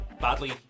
badly